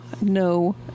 no